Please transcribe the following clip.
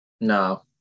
No